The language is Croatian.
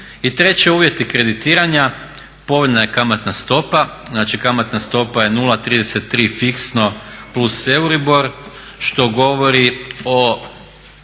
I treće, uvjeti kreditiranja. Povoljna je kamatna stopa, znači kamatna stopa je 0,33 fiksno plus Euribor što govori o